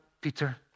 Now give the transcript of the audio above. Peter